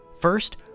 First